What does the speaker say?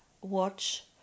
watch